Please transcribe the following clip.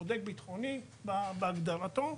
שומר ביטחוני בהגדרתו.